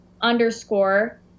underscore